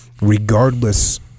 regardless